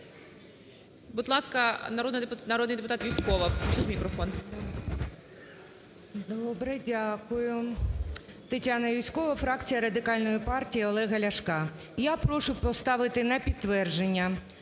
Добре. Дякую. Тетяна Юзькова, фракція Радикальної партії Олега Ляшка. Я прошу поставити на підтвердження